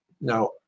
Now